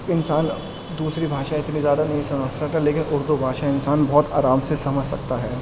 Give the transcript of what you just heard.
انسان دوسری بھاشا اتنی زیادہ نہیں سمجھ سکتا لیکن اردو بھاشا انسان بہت آرام سے سمجھ سکتا ہے